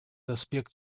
аспект